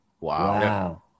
Wow